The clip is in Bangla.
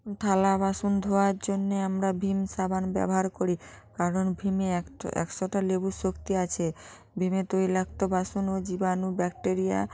থালা বাসন ধোয়ার জন্যে আমরা ভিম সাবান ব্যবহার করি কারণ ভিমে একঠো একশোটা লেবুর শক্তি আছে ভিমে তৈলাক্ত বাসন ও জীবাণু ব্যাকটেরিয়া